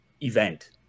event